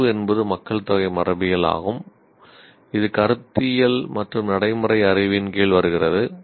அறிவு என்பது மக்கள்தொகை மரபியல் ஆகும் இது கருத்தியல் மற்றும் நடைமுறை அறிவின் கீழ் வருகிறது